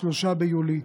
3 ביולי,